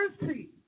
mercy